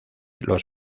los